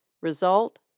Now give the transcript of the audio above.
result